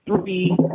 three